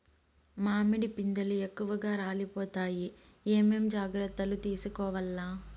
మామిడి పిందెలు ఎక్కువగా రాలిపోతాయి ఏమేం జాగ్రత్తలు తీసుకోవల్ల?